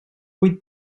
vuit